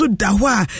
dawa